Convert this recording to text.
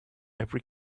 every